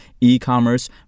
e-commerce